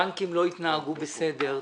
בנקים לא התנהגו בסדר.